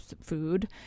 food